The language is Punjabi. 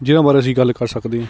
ਜਿਹਨਾਂ ਬਾਰੇ ਅਸੀਂ ਗੱਲ ਕਰ ਸਕਦੇ ਹਾਂ